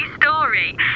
story